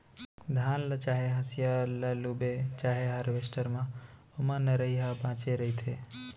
धान ल चाहे हसिया ल लूबे चाहे हारवेस्टर म ओमा नरई ह बाचे रहिथे